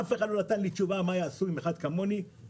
אף אחד לא נתן לי תשובה מה יעשו עם אחד כמוני שהוא